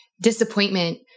disappointment